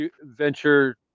venture